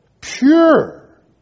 pure